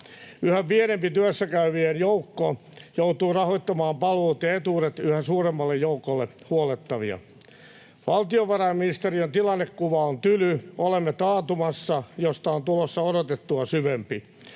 Yhä pienempi työssäkäyvien joukko joutuu rahoittamaan palvelut ja etuudet yhä suuremmalle joukolle huollettavia. Valtiovarainministeriön tilannekuva on tyly: Olemme taantumassa, josta on tulossa odotettua syvempi.